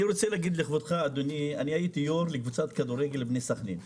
אני הייתי יו"ר של קבוצת הכדורגל בני סכנין.